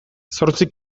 zortzi